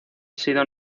sido